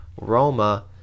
Roma